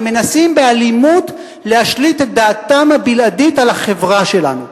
ומנסים באלימות להשליט את דעתם הבלעדית על החברה שלנו.